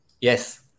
Yes